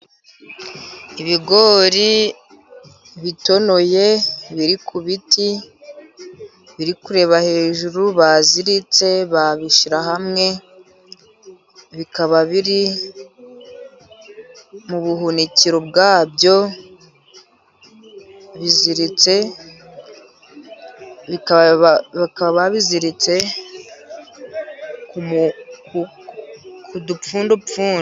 Ibigori bitonoye biri ku biti biri ,kureba hejuru baziritse babishyira hamwe bikaba biri mu buhunikiro bwabyo biziritse, bakaba biziritse ku dupfundopfundo.